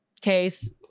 case